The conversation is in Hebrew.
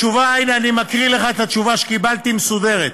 אני מקריא לך את התשובה שקיבלתי, מסודרת,